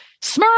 Smurf